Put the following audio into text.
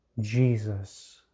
Jesus